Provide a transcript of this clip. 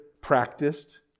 practiced